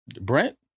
Brent